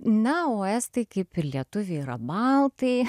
na o estai kaip ir lietuviai yra baltai